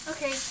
Okay